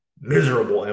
miserable